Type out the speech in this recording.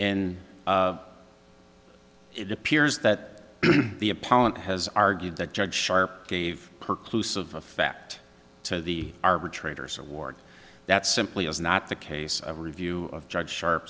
and it appears that the a pollock has argued that judge sharp gave perk loose of effect to the arbitrators award that simply is not the case a review of judge sharp